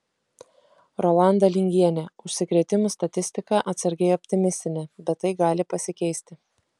rolanda lingienė užsikrėtimų statistika atsargiai optimistinė bet tai gali pasikeisti